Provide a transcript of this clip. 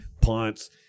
punts